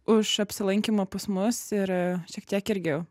už apsilankymą pas mus ir šiek tiek irgi